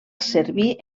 servir